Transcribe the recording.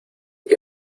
que